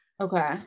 Okay